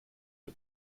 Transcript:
her